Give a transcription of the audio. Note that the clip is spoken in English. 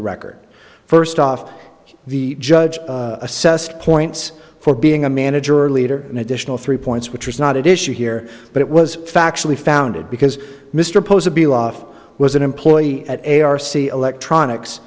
the record first off the judge assessed points for being a manager or leader an additional three points which was not at issue here but it was factually founded because mr posner be off was an employee at a r c electronics